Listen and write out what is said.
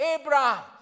Abraham